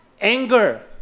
anger